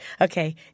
Okay